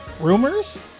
Rumors